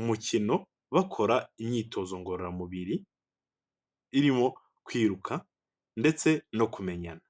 umukino bakora imyitozo ngororamubiri irimo kwiruka ndetse no kumenyana.